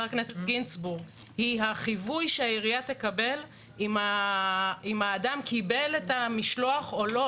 הכנסת גינזבורג הוא החיווי שהעירייה תקבל אם האדם קיבל את המשלוח או לא.